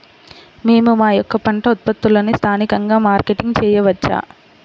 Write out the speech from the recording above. మేము మా యొక్క పంట ఉత్పత్తులని స్థానికంగా మార్కెటింగ్ చేయవచ్చా?